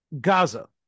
Gaza